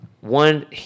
one